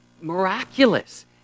miraculous